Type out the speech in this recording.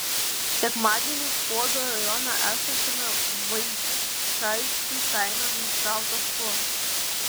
sekmadienį skuodo rajone esančiame vaičaičių kaime nušautas šuo